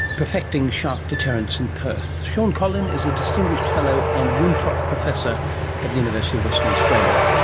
perfecting shark deterrents in perth. shaun collin is a distinguished fellow and winthrop professor at the university of western australia.